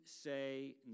say